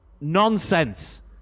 nonsense